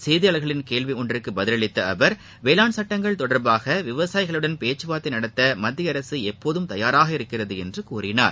செய்தியாளர்களின் கேள்வி ஒன்றுக்கு பதிலளித்த அவர் வேளாண் சட்டங்கள் தொடர்பாக விவசாயிகளுடன் பேச்சுவார்தை நடத்த மத்திய அரசு எப்போதும் தயாராக இருக்கிறது என்று கூறினார்